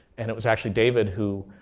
and it was actually david who